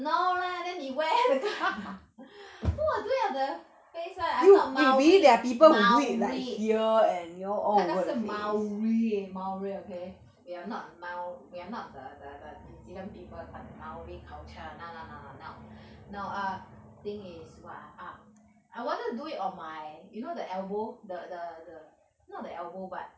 no lah then 你 wear 的 who will do it on the face right I am not maui maui 那个是 maui maui okay we are not mau~ we are not the the the new zealand people kind of maui culture no no no no no no err thing is what ah ah I wanted to do it on my you know the elbow the the the not the elbow but